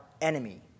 enemy